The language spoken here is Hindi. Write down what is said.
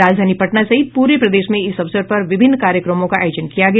राजधानी पटना सहित पूरे प्रदेश में इस अवसर पर विभिन्न कार्यक्रमों का आयोजन किया गया